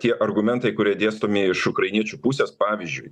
tie argumentai kurie dėstomi iš ukrainiečių pusės pavyzdžiui